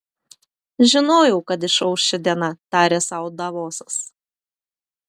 žinojau kad išauš ši diena tarė sau davosas